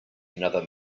another